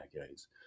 decades